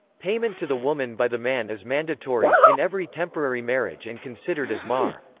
payment to the woman by the man is mandatory, in every temporary marriage and considered as mahr.